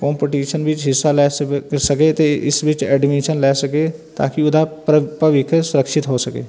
competition ਵਿੱਚ ਹਿੱਸਾ ਲੈ ਸਕ ਸਕੇ ਅਤੇ ਇਸ ਵਿੱਚ ਐਡਮਿਸ਼ਨ ਲੈ ਸਕੇ ਤਾਂ ਕਿ ਉਹਦਾ ਭ ਭਵਿੱਖ ਸੁਰੱਖਸ਼ਿਤ ਹੋ ਸਕੇ